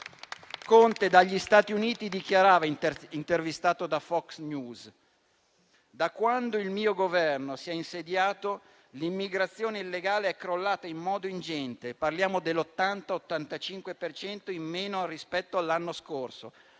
Conte dagli Stati Uniti dichiarava, intervistato da Fox News che, da quando il suo Governo si era insediato, l'immigrazione illegale era crollata in modo ingente, e parlava dell'80-85 per cento in meno rispetto all'anno